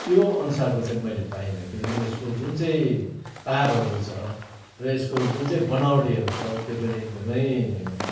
त्यो अनुसारको चाहिँ मैले पाइनँ किनभने यसको जुन चाहिँ तारहरू छ र यसको जुन चाहिँ बनावटीहरू छ त्यो पनि एकदमै